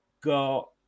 got